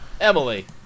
Emily